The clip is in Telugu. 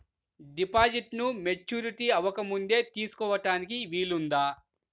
డిపాజిట్ను మెచ్యూరిటీ అవ్వకముందే తీసుకోటానికి వీలుందా?